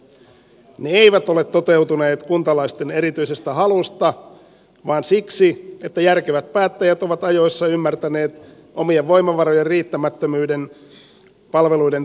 ne eivät ole toteutuneet kuntalaisten erityisestä halusta vaan siksi että järkevät päättäjät ovat ajoissa ymmärtäneet omien voimavarojen riittämättömyyden palveluiden turvaamiseen